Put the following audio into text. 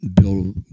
Bill